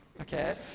okay